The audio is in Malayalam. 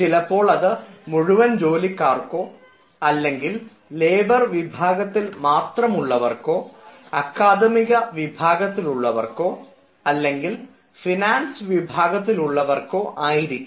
ചിലപ്പോൾ അത് മുഴുവൻ ജോലിക്കാർക്കോ അല്ലെങ്കിൽ ലേബർ വിഭാഗത്തിൽ മാത്രമുള്ളവർക്കോ അക്കാദമിക വിഭാഗത്തിലുള്ളവർക്കോ അല്ലെങ്കിൽ ഫിനാൻസ് വിഭാഗത്തിലുള്ളവർക്കോ ആയിരിക്കാം